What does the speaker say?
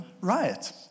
riot